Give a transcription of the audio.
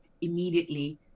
immediately